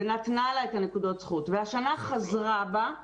ונתנה לה את נקודות הזכות, והשנה חזרה בה מזה